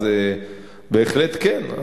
אז בהחלט כן.